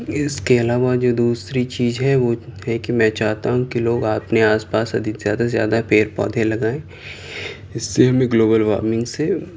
اس کے علاوہ جو دوسری چیز ہے وہ ہے کہ میں چاہتا ہوں کہ لوگ اپنے آس پاس ادھک زیادہ سے زیادہ پیڑ پودھے لگائیں اس سے ہمیں گلوبل وارمنگ سے